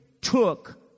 took